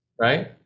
right